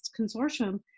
consortium